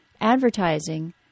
advertising